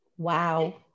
wow